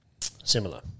Similar